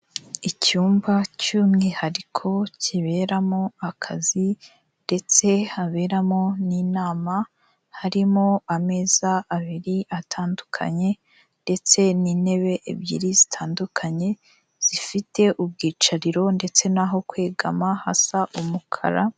Icyumba cy'umwihariko kiberamo akazi ndetse haberamo n'inama, harimo ameza abiri atandukanye ndetse n'intebe ebyiri zitandukanye zifite ubwicariro ndetse naho kwegama hasa umukara.